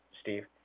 Steve